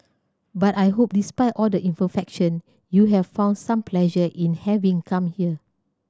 but I hope despite all the imperfection you have found some pleasure in having come here